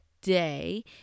day